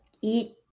eat